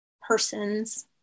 persons